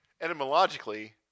Etymologically